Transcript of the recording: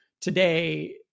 today